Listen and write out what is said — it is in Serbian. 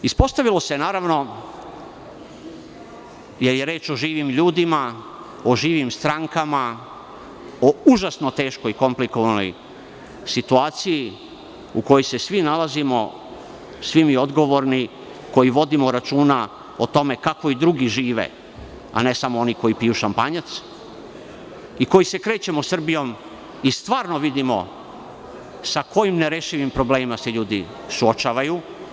Ispostavilo se, jer je reč o živim ljudima, o živim strankama, o užasno teškoj i komplikovanoj situaciji u kojoj se svi mi odgovorni nalazimo, koji vodimo računa o tome kako i drugi žive, a ne samo oni koji piju šampanjac, i koji se krećemo Srbijom i stvarno vidimo sa kojim nerešivim problemima se ljudi suočavaju.